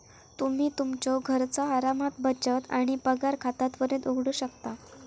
तुम्ही तुमच्यो घरचा आरामात बचत आणि पगार खाता त्वरित उघडू शकता